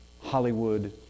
Hollywood